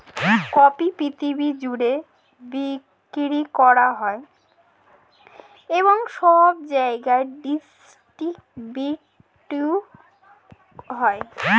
coffee পৃথিবী জুড়ে বিক্রি করা হয় এবং সব জায়গায় ডিস্ট্রিবিউট হয়